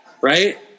Right